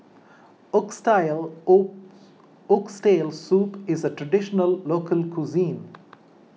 O Oxtail Soup is a Traditional Local Cuisine